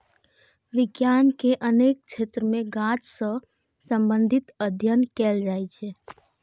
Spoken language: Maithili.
विज्ञान के अनेक क्षेत्र मे गाछ सं संबंधित अध्ययन कैल जाइ छै